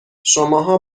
شماها